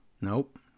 Nope